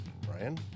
Brian